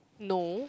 no